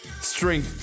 String